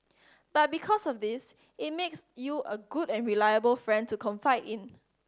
but because of this it makes you a good and reliable friend to confide in